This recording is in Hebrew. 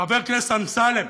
חבר הכנסת אמסלם,